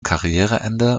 karriereende